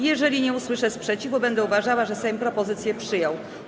Jeżeli nie usłyszę sprzeciwu, będę uważała, że Sejm propozycję przyjął.